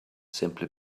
simply